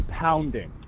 pounding